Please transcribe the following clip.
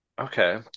Okay